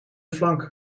flank